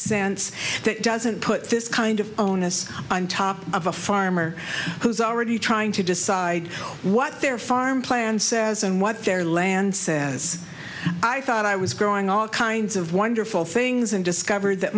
sense that doesn't put this kind of own us on top of a farmer who's already trying to decide what their farm plans as and what their land says i thought i was growing all kinds of wonderful things and discovered that